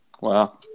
Wow